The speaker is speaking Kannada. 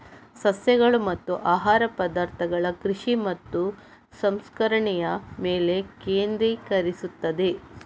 ಸಸ್ಯಗಳು ಮತ್ತು ಆಹಾರ ಪದಾರ್ಥಗಳ ಕೃಷಿ ಮತ್ತು ಸಂಸ್ಕರಣೆಯ ಮೇಲೆ ಕೇಂದ್ರೀಕರಿಸುತ್ತದೆ